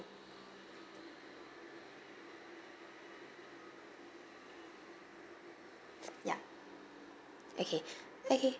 yup okay okay